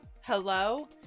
hello